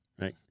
right